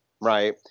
right